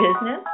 business